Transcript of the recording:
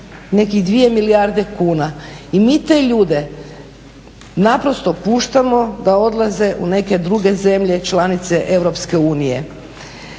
nekih 2 milijarde kuna i mi te ljude naprosto puštamo da odlaze u neke druge zemlje članice Europske unije.